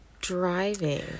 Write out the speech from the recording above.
driving